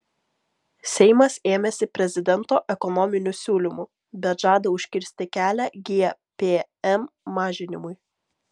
seimas ėmėsi prezidento ekonominių siūlymų bet žada užkirsti kelią gpm mažinimui